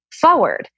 forward